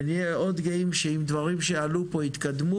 ונהיה עוד גאים שעם דברים שעלו פה יתקדמו